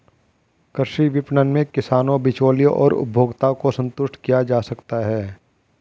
कृषि विपणन में किसानों, बिचौलियों और उपभोक्ताओं को संतुष्ट किया जा सकता है